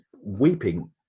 weeping